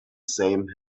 same